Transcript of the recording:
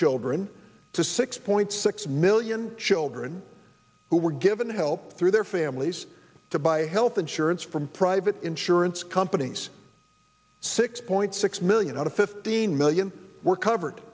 children to six point six million children who were given help through their families to buy health insurance it's from private insurance companies six point six million out of fifteen million were covered